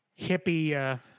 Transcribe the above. hippie